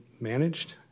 managed